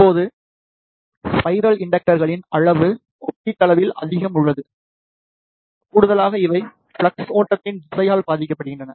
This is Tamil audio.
இப்போது ஸ்பைரல் இண்டக்டர்களின் அளவு ஒப்பீட்டளவில் அதிகமாக உள்ளது கூடுதலாக இவை ஃப்ளக்ஸ் ஓட்டத்தின் திசையால் பாதிக்கப்படுகின்றன